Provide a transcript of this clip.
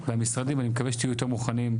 והמשרדים, אני מקווה שתהיו יותר מוכנים.